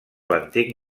l’antic